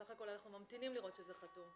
סך הכול אנחנו ממתינים לראות שזה חתום.